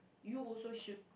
you also should